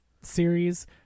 series